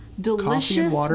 delicious